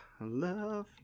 love